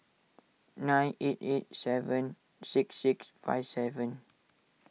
nine eight eight seven six six five seven